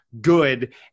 good